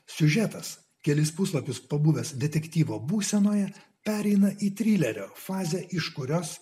siužetas kelis puslapius pabuvęs detektyvo būsenoje pereina į trilerio fazę iš kurios